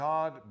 God